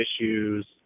issues